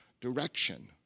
direction